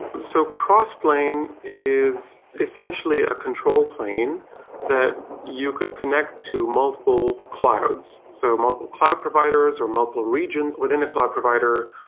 so crossplane is essentially a control plane that you could connect to multiple clouds. so multiple cloud providers, or multiple regions within the cloud provider,